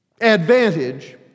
advantage